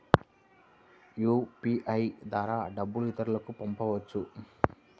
UPI ద్వారా డబ్బు ఇతరులకు పంపవచ్చ?